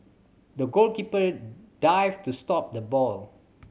the goalkeeper dived to stop the ball